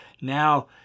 now